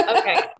Okay